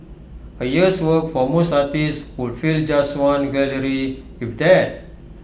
A year's work for most artists would fill just one gallery if that